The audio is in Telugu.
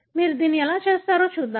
మీరు దీన్ని ఎలా చేస్తారో చూద్దాం